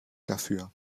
dafür